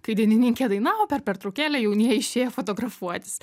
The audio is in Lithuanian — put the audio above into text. kai dainininkė dainavo per pertraukėlę jaunieji išėjo fotografuotis